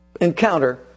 encounter